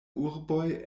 urboj